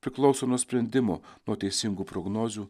priklauso nuo sprendimų nuo teisingų prognozių